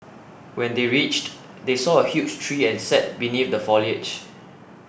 when they reached they saw a huge tree and sat beneath the foliage